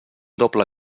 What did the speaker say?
doble